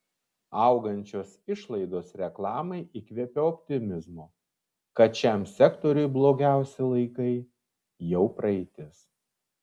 augančios išlaidos reklamai įkvepia optimizmo kad šiam sektoriui blogiausi laikai jau praeitis